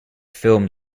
film